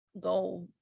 go